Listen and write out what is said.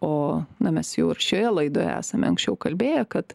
o na mes jau šioje laidoje esame anksčiau kalbėję kad